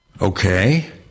Okay